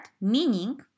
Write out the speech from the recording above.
meaning